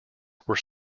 were